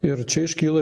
ir čia iškyla